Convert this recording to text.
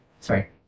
Sorry